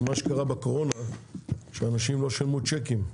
מה שקרה בקורונה שאנשים לא שילמו צ'קים.